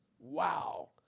Wow